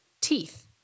Teeth